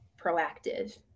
proactive